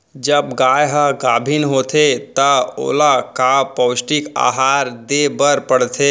जब गाय ह गाभिन होथे त ओला का पौष्टिक आहार दे बर पढ़थे?